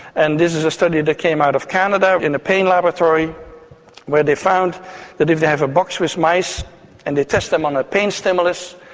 and this is a study that came out of canada in the pain laboratory where they found that if they have a box with mice and they test them on a pain stimulus,